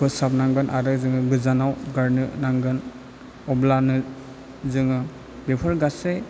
फोसाब नांगोन आरो जोङो गोजानाव गारनो नांगोन अब्लानो जोङो बेफोर गासै